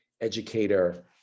educator